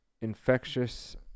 infectious